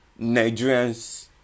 Nigerians